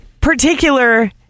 particular